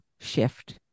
shift